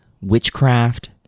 witchcraft